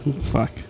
Fuck